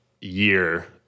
year